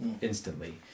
instantly